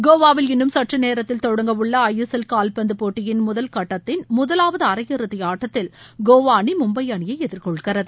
கோவாவில்இன்னும் சற்று நேரத்தில் தொடங்க உள்ள ஐ எஸ் எல் கால்பந்து போட்டியின் முதல் கட்டத்தின் முதலாவது அரையிறுதி ஆட்டத்தில் கோவா அணி மும்பை அணியை எதிர்கொள்கிறது